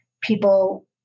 people